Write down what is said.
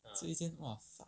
就以前 !wah! fuck